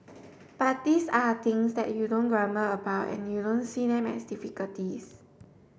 but these are things that you don't grumble about and you don't see them as difficulties